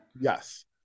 Yes